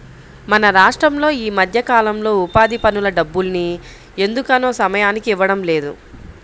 మన రాష్టంలో ఈ మధ్యకాలంలో ఉపాధి పనుల డబ్బుల్ని ఎందుకనో సమయానికి ఇవ్వడం లేదు